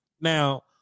Now